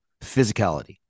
physicality